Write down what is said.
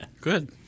good